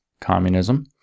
communism